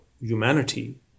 humanity